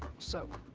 so.